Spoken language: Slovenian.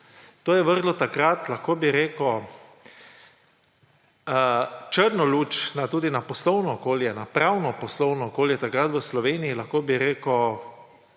To je vrglo takrat, lahko bi rekel, črno luč tudi na poslovno okolje, na pravno poslovno okolje takrat v Sloveniji. Lahko bi rekel,